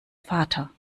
vater